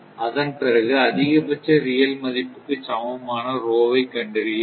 அதன் பிறகு அதிகபட்ச ரியல் மதிப்புக்கு சமமான வை கண்டறிய வேண்டும்